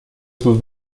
sus